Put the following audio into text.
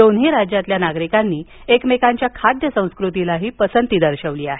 दोन्ही राज्यातील नागरिकांनी एकमेकांच्या खाद्य संस्कृतीलाही पसंती दर्शवली आहे